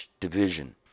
division